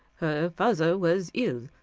her father was ill,